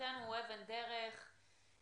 מבחינתנו הוא אבן דרך לחלוטין,